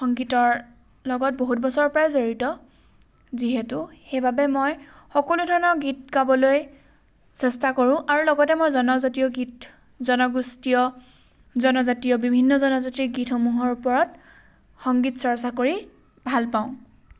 সংগীতৰ লগত বহুত বছৰৰ পৰাই জড়িত যিহেতু সেইবাবে মই সকলো ধৰণৰ গীত গাবলৈ চেষ্টা কৰোঁ আৰু লগতে মই জনজাতীয় গীত জনগোষ্ঠীয় জনজাতীয় বিভিন্ন জনজাতিৰ গীতসমূহৰ ওপৰত সংগীত চৰ্চা কৰি ভাল পাওঁ